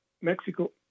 Mexico